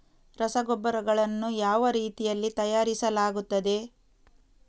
ರಸಗೊಬ್ಬರಗಳನ್ನು ಯಾವ ರೀತಿಯಲ್ಲಿ ತಯಾರಿಸಲಾಗುತ್ತದೆ?